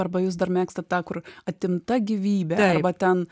arba jūs dar mėgstat tą kur atimta gyvybė arba ten